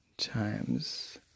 times